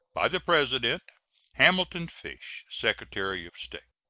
by the president hamilton fish, secretary of state.